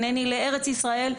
הנני לארץ ישראל,